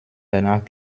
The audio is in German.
danach